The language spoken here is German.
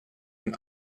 den